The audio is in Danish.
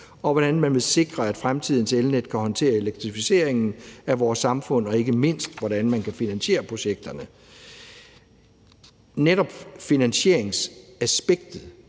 og hvordan man vil sikre, at fremtidens elnet kan håndtere elektrificeringen af vores samfund, og ikke mindst hvordan man kan finansiere projekterne. I forhold til netop finansieringsaspektet